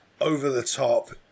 over-the-top